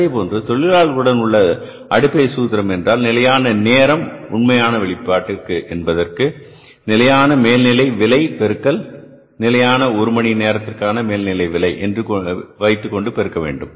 அதேபோன்று தொழிலாளர்களுடன் உள்ள அடிப்படை சூத்திரம் என்றால் நிலையான நேரம் உண்மையான வெளிப்பாட்டிற்கு என்பதை நிலையான மேல்நிலை விலை பெருக்கல் நிலையான ஒரு மணி நேரத்திற்கான மேல்நிலை விலை கொண்டு பெருக்க வேண்டும்